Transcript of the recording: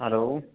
hello